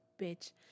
bitch